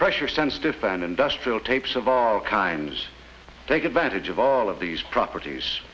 pressure sensitive fan and dust fill tapes of all kinds take advantage of all of these properties